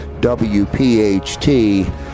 WPHT